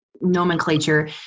nomenclature